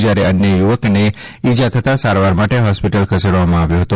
જયારે અન્ય યુવકને ઇજા થતાં સારવાર માટે હોસ્પિટલ ખસેડવામાં આવ્યો હતો